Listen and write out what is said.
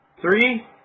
three